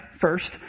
first